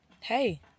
Hey